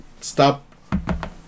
Stop